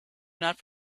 not